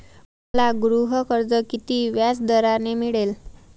मला गृहकर्ज किती व्याजदराने मिळेल?